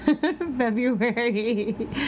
February